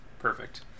perfect